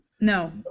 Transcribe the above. no